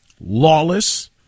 lawless